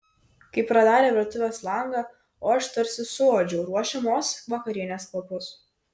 kai pradarė virtuvės langą o aš tarsi suuodžiau ruošiamos vakarienės kvapus